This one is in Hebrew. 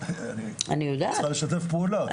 היא צריכה לשתף פעולה.